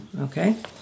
Okay